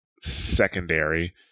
secondary